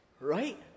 Right